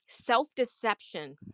self-deception